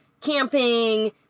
camping